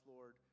Lord